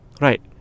Right